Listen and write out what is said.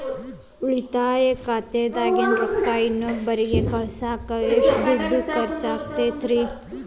ಉಳಿತಾಯ ಖಾತೆದಾಗಿನ ರೊಕ್ಕ ಇನ್ನೊಬ್ಬರಿಗ ಕಳಸಾಕ್ ಎಷ್ಟ ದುಡ್ಡು ಖರ್ಚ ಆಗ್ತೈತ್ರಿ?